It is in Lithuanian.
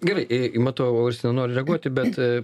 gerai ė i matau jūs nenori reaguoti bet